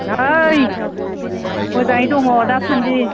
ओइ मोजाङै दङ दासान्दि